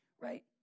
right